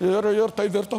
ir ir tai virto